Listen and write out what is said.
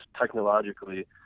technologically